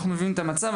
אנחנו מבינים את המצב,